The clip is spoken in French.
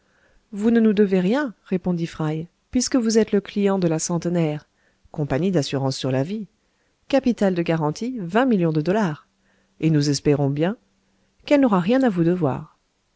vous ne nous devez rien répondit fry puisque vous êtes le client de la centenaire compagnie d'assurances sur la vie capital de garantie vingt millions de dollars et nous espérons bien qu'elle n'aura rien à vous devoir